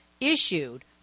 issued